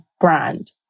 brand